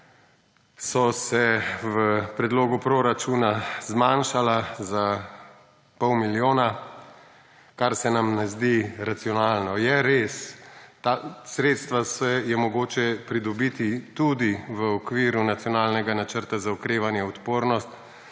so se v predlogu proračun zmanjšala za pol milijona, kar se nam ne zdi racionalno. Je res, ta sredstva je mogoče pridobiti tudi v okviru nacionalnega Načrta za okrevanje odpornosti,